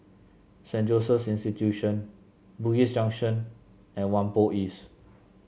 Saint Joseph's Institution Bugis Junction and Whampoa East